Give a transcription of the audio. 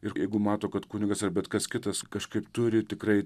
ir jeigu mato kad kunigas ar bet kas kitas kažkaip turi tikrai